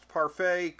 Parfait